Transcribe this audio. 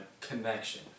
connection